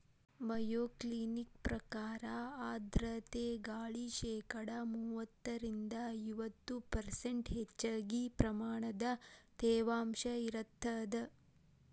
Mayo Clinic ಪ್ರಕಾರ ಆರ್ಧ್ರತೆ ಗಾಳಿ ಶೇಕಡಾ ಮೂವತ್ತರಿಂದ ಐವತ್ತು ಪರ್ಷ್ಂಟ್ ಹೆಚ್ಚಗಿ ಪ್ರಮಾಣದ ತೇವಾಂಶ ಇರತ್ತದ